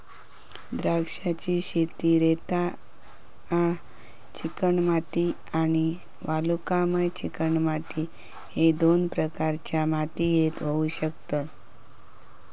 द्राक्षांची शेती रेताळ चिकणमाती आणि वालुकामय चिकणमाती ह्य दोन प्रकारच्या मातीयेत होऊ शकता